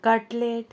cutlet